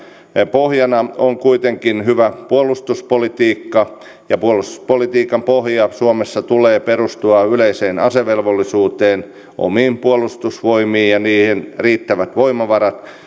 pohjana on kuitenkin hyvä puolustuspolitiikka ja puolustuspolitiikan pohjan suomessa tulee perustua yleiseen asevelvollisuuteen omiin puolustusvoimiin ja niihin on oltava riittävät voimavarat